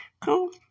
Cool